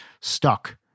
stuck